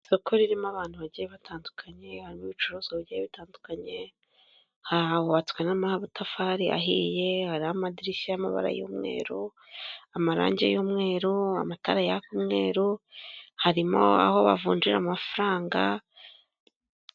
Isoko ririmo abantu bagiye batandukanye, harimo ibicuruzwa bigiye bitandukanye, hahubatswe n'amatafari ahiye hariho amadirishya y'amabara y'umweru, amarangi y'umweru, amatara yaka umweru, harimo aho bavunjira amafaranga.